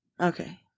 Okay